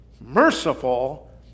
merciful